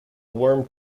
worm